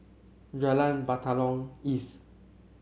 Jalan Batalong East